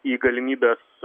į galimybes